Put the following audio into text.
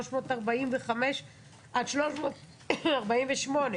345 עד 348,